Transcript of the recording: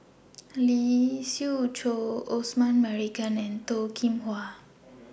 Lee Siew Choh Osman Merican and Toh Kim Hwa